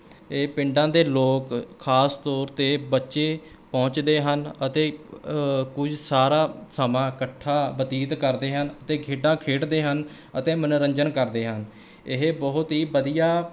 ਇਹ ਪਿੰਡਾਂ ਦੇ ਲੋਕ ਖ਼ਾਸ ਤੌਰ 'ਤੇ ਬੱਚੇ ਪਹੁੰਚਦੇ ਹਨ ਅਤੇ ਕੁਝ ਸਾਰਾ ਸਮਾਂ ਇਕੱਠਾ ਬਤੀਤ ਕਰਦੇ ਹਨ ਅਤੇ ਖੇਡਾਂ ਖੇਡਦੇ ਹਨ ਅਤੇ ਮਨੋਰੰਜਨ ਕਰਦੇ ਹਨ ਇਹ ਬਹੁਤ ਹੀ ਵਧੀਆ